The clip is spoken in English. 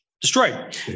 destroyed